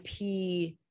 IP